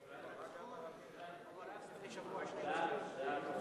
ההצעה להעביר את הצעת חוק שירות אזרחי,